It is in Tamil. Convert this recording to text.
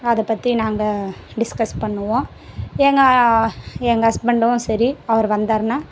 அதைப்பத்தி நாங்கள் டிஸ்கஸ் பண்ணுவோம் எங்கள் எங்கள் ஹஸ்பண்டும் சரி அவரு வந்தாருன்னா